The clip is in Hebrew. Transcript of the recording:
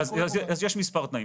אז יש מספר תנאים.